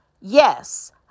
Yes